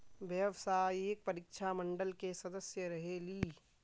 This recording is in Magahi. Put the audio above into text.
व्यावसायिक परीक्षा मंडल के सदस्य रहे ली?